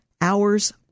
hours